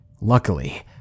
Luckily